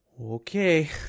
okay